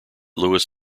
louis